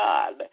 God